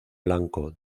blanco